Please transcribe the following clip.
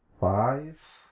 five